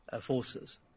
forces